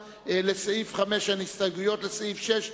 אם אתה נמצא פה, אני חייב לשאול אותך.